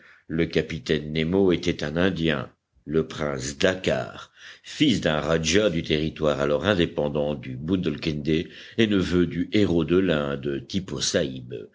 le capitaine nemo était un indien le prince dakkar fils d'un rajah du territoire alors indépendant du bundelkund et neveu du héros de l'inde